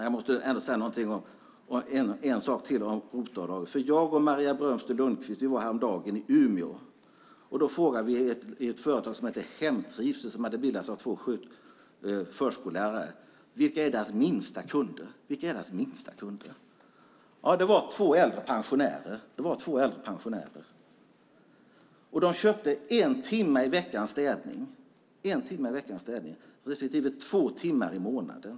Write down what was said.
Jag måste säga några ord till om ROT-avdraget. Häromdagen var jag och Maria Lundqvist-Brömster i Umeå. På företaget Hemtrivsel som bildats av två förskollärare frågade vi vilka deras minsta kunder är. Dessa är två äldre kvinnliga pensionärer som köper städning en timme i veckan respektive städning två timmar i månaden.